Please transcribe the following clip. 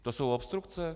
To jsou obstrukce?